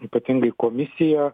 ypatingai komisija